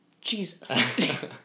Jesus